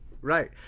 right